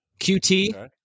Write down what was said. QT